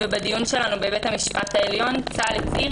בדיון שלנו בבית המשפט העליון צה"ל הצהיר